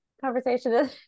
conversation